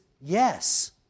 yes